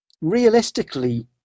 realistically